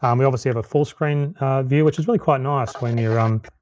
um we obviously have a full-screen view, which is really quite nice when you're, um